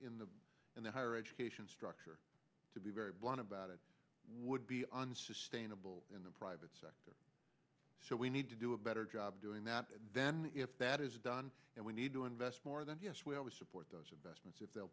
in the in the higher education structure to be very blunt about it would be unsustainable in the private sector so we need to do a better job doing that then if that is done and we need to invest more then yes we always support those investments if they'll